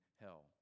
hell